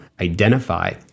identify